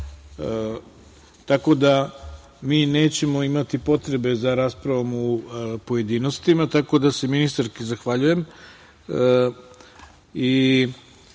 tako da mi nećemo imati potrebe za raspravom u pojedinostima, tako da se ministarki zahvaljujem.